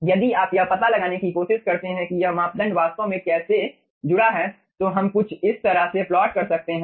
यदि आप यह पता लगाने की कोशिश करते हैं कि यह मापदंड वास्तव में कैसे जुड़ा है तो हम कुछ इस तरह से प्लॉट कर सकते हैं